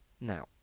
now